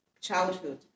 childhood